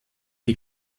die